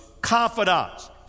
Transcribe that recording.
confidants